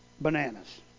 bananas